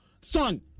son